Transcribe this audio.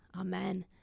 Amen